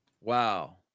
Wow